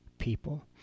people